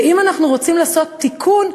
ואם אנחנו רוצים לעשות תיקון,